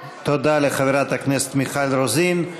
תודה לחברת הכנסת מיכל רוזין.